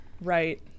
Right